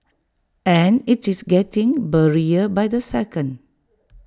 and IT is getting blurrier by the second